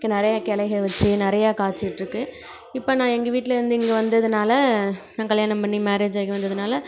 இப்போ நிறையா கெளைகள் வச்சு நிறையா காய்ச்சிக்கிட்டு இருக்கு இப்போ நான் எங்கள் வீட்டுலருந்து இங்கே வந்ததனால நான் கல்யாணம் பண்ணி மேரேஜ் ஆகி வந்ததனால